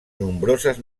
nombroses